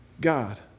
God